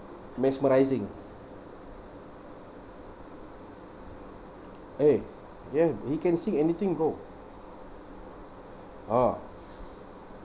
mesmerising eh ya he can sing anything bro a'ah